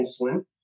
insulin